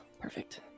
perfect